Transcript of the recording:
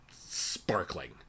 sparkling